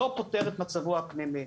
לא פותר את מצבו הפנימי.